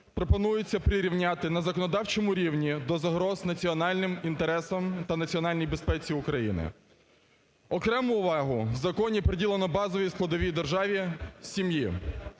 пропонується прирівняти на законодавчому рівні до загроз національним інтересам та національній безпеці України. Окрему увагу в законі приділено базовій складовій державі сім'ї.